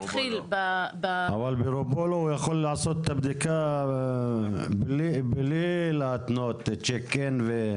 אבל הוא יכול לעשות את הבדיקה בלי להתנו ת אותה בצ'ק אין.